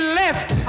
left